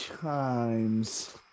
Chimes